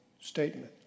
statement